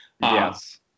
Yes